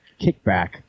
kickback